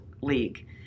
league